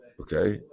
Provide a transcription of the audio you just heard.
Okay